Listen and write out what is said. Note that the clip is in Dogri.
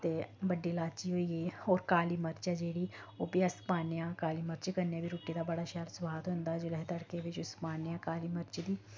ते बड्डी लाची होई गेई होर काली मर्च ऐ जेह्ड़ी ओह् बी अस पान्ने आं काली मर्च कन्नै बी रुट्टी दा बड़ा शैल सुआद होंदा जेल्लै अस तड़के बिच उस पान्ने आं काली मर्च दी